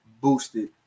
boosted